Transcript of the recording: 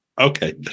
Okay